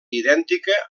idèntica